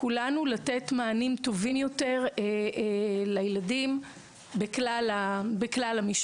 כולנו לתת מענים טובים יותר לילדים בכלל המישורים.